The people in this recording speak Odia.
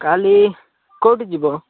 କାଲି କେଉଁଠି ଯିବ